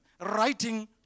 Writing